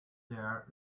there